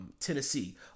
Tennessee